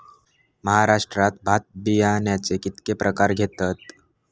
महाराष्ट्रात भात बियाण्याचे कीतके प्रकार घेतत?